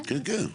כן כן.